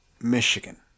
Michigan